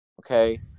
Okay